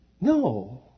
No